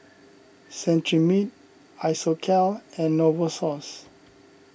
Cetrimide Isocal and Novosource